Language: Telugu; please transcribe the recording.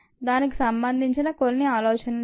దానికి సంబంధించిన కొన్ని ఆలోచనలు ఇవి